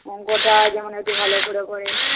অঙ্কটা যেমন একটু ভালো করে করে